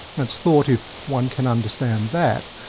it's thought if one can understand that,